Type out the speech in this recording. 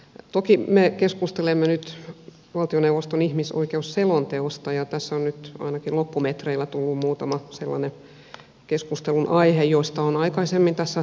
toki me keskustelemme nyt valtioneuvoston ihmisoikeusselonteosta ja tässä on nyt ainakin loppumetreillä tullut muutama sellainen keskustelunaihe joista on aikaisemmin tässä salissa keskusteltu